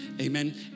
Amen